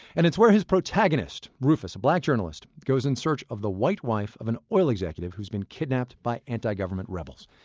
and it's where his protagonist, protagonist, rufus, a black journalist, goes in search of the white wife of an oil executive who's been kidnapped by anti-government rebels.